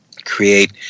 Create